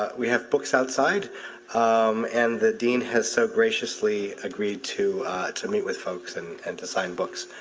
we have books outside um and the dean has so graciously agreed to to meet with folk so and and to sign books.